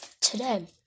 today